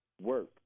work